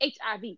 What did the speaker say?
HIV